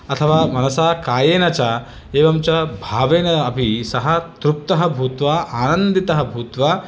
अथवा मनसा कायेन च एवं च भावेन अपि सः तृप्तः भूत्वा आनन्दितः भूत्वा